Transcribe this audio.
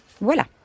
Voilà